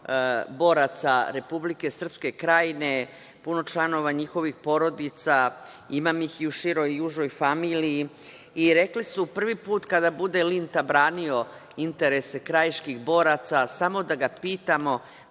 boraca Republike Srpske Krajine, puno članova njihovih porodica, imam ih i u široj i užoj familiji i rekli su prvi put kada Linta bude branio interes Krajiških boraca, samo da ga pitamo